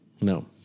No